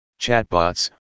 chatbots